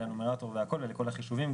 לנומרטור ולכל החישובים,